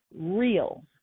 real